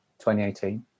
2018